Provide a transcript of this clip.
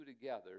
together